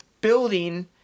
building